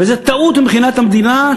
זו טעות מבחינת המדינה,